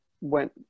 went